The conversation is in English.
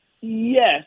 Yes